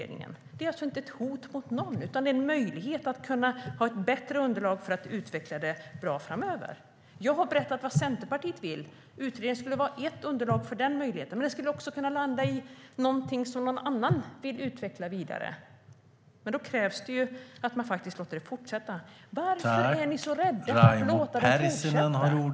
Det är inte ett hot mot någon utan en möjlighet för att få ett bättre underlag så att arbetet utvecklas på ett bra sätt framöver. Jag har berättat vad Centerpartiet vill. Utredningen skulle vara ett underlag. Men utredningen skulle också kunna landa i något som någon annan vill utveckla vidare. Men då krävs att man vill fortsätta. Varför är ni så rädda för att låta utredningen fortsätta sitt arbete?